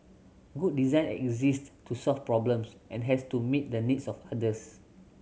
good design exist to solve problems and has to meet the needs of others